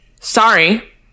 sorry